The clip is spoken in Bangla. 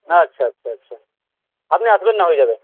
আচ্ছা আচ্ছা আচ্ছা আপনি আসবেন না হয়ে যাবে